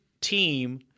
team